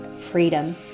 freedom